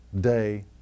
day